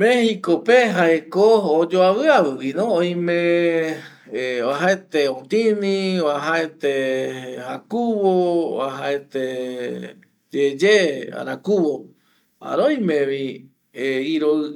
Mexicope jaeko oyoaviavivino oime oajaete otini, oajaete jakuvo, oajaete yeye arakuvo, jare oimevi